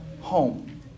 home